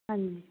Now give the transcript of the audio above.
ਹਾਂਜੀ